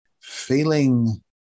feeling